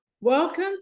Welcome